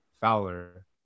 Fowler